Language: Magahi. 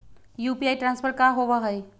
यू.पी.आई ट्रांसफर का होव हई?